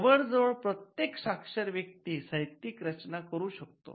जवळजवळ प्रत्येक साक्षर व्यक्ती साहित्यिक रचना करू शकतो